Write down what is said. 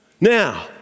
Now